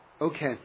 Okay